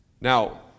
Now